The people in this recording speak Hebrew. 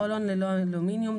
רול און ללא אלומיניום,